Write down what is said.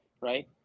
right